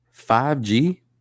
5g